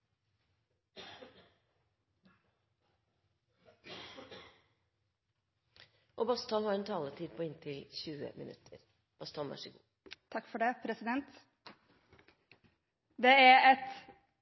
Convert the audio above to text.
Karin Andersen har tatt opp de forslagene som hun refererte til. Det er et